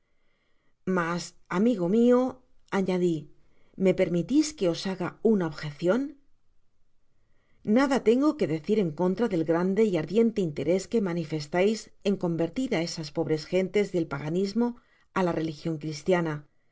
mas amigo mio añadi me permitis que os haga una objec n nada tengo que decir en contra del grande y ardiente interés que manifestais en convertir á esas pobres gentes del paganismo ála religion cristiana